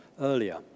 earlier